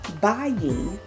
buying